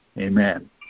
Amen